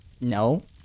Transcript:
No